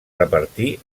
repartir